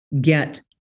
get